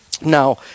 Now